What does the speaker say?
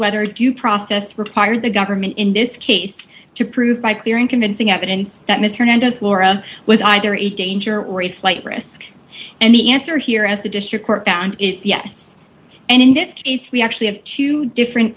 whether due process required the government in this case to prove by clear and convincing evidence that ms hernandez laura was either a danger or a flight risk and the answer here as the district court found is yes and in this case we actually have two different